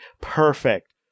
perfect